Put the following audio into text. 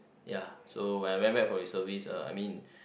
ya so when I went back for reservist uh I mean